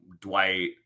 Dwight